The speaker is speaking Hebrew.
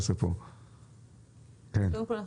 קודם כל,